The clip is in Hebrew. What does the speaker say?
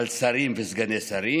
זמרים,